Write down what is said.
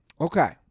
Okay